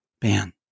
ban